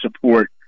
support